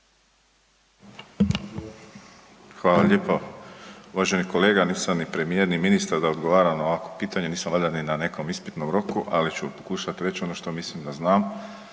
Hvala lijepo uvaženi kolega, nisam ni premijer ni ministar da odgovaram na ovakvo pitanje. Nismo valjda ni na nekom ispitnom roku, ali ću pokušati reći ono što mislim da znam,